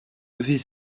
lever